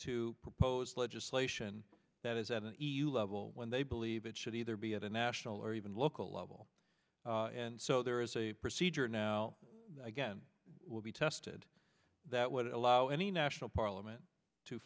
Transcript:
to propose legislation that is an e u level when they believe it should either be at a national or even local level and so there is a procedure now again will be tested that would allow any national parliament to